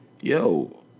Yo